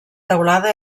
teulada